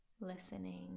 listening